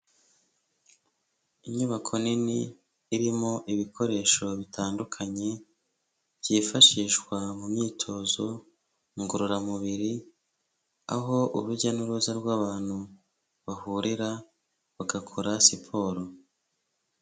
Inyubako nini irimo ibikoresho bitandukanye byifashishwa mu myitozo ngororamubiri, aho urujya n'uruza rw'abantu bahurira bagakora siporo.